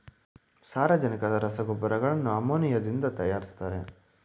ಸಾರಜನಕ ರಸಗೊಬ್ಬರಗಳನ್ನು ಅಮೋನಿಯಾದಿಂದ ತರಯಾರಿಸ್ತರೆ